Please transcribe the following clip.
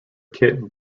kit